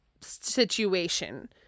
situation